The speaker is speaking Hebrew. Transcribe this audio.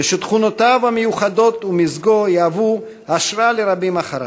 ותכונותיו המיוחדות ומזגו יהיו השראה לרבים אחריו.